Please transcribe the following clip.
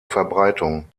verbreitung